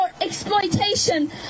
exploitation